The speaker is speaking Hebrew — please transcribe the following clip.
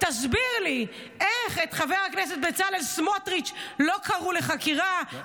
תסביר לי איך את חבר הכנסת בצלאל סמוטריץ' לא קראו לחקירה,